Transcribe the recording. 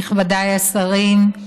נכבדיי השרים,